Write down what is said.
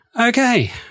Okay